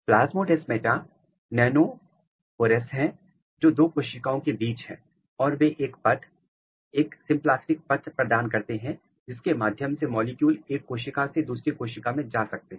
plasmodesmata nanopores हैं जो दो कोशिकाओं के बीच हैं और वे एक पथ एक सिंप्लास्टिक पथ प्रदान कर रहे हैं जिसके माध्यम से अणु एक कोशिका से दूसरी कोशिका में जा सकते हैं